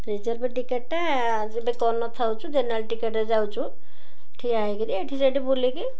reserve ଟିକେଟ୍ଟା ଯେବେ କରିନଥାଉଛୁ ଜେନେରାଲ୍ ଟିକେଟ୍ରେ ଯାଉଛୁ ଠିଆ ହେଇକିରି ଏଠି ସେଠି ବୁଲିକି